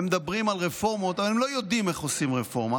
הם מדברים על רפורמות אבל הם לא יודעים איך עושים רפורמה,